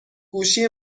گوشی